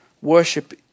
Worship